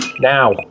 Now